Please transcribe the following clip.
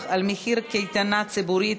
(פיקוח על מחיר קייטנה ציבורית),